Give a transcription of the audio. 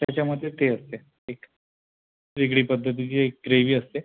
त्याच्यामध्ये ते असते एक वेगळी पद्धतीची एक ग्रेव्ही असते